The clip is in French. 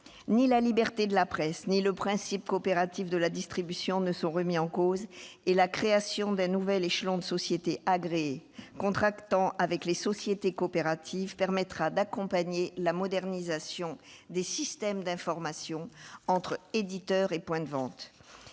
Ni la liberté de la presse ni le principe coopératif de la distribution ne sont remis en cause, et la création d'un nouvel échelon de sociétés agréées contractant avec les sociétés coopératives permettra d'accompagner la modernisation des systèmes d'information entre éditeurs et points de vente.